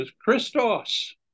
Christos